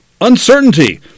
uncertainty